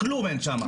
כלום אין שם.